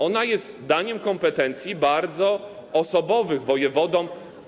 Ona jest daniem kompetencji, bardzo osobowych, wojewodom.